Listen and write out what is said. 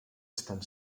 estan